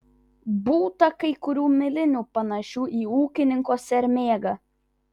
būta kai kurių milinių panašių į ūkininko sermėgą